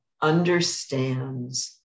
understands